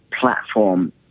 platform